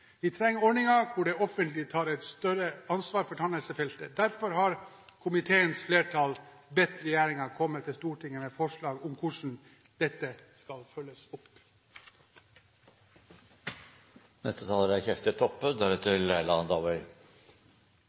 Vi trenger ordninger hvor det offentlige tar et større ansvar på tannhelsefeltet. Derfor har komiteens flertall bedt regjeringen komme til Stortinget med forslag om hvordan dette skal følges